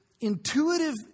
intuitive